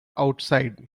outside